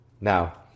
Now